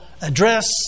address